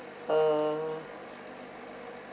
uh